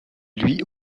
lui